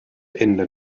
ende